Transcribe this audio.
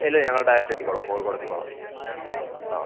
ഇല്ല ഞങ്ങൾ ഡയറക്റ്റ് എത്തിക്കോളാം കോഴിക്കോട് എത്തിക്കോളാം ആ